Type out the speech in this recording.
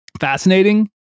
fascinating